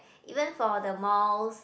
even for the malls